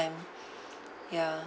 ~ime ya